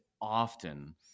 often